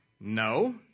no